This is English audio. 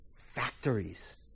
factories